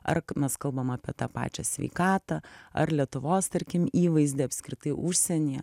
ar mes kalbam apie tą pačią sveikatą ar lietuvos tarkim įvaizdį apskritai užsienyje